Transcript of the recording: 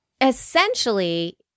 essentially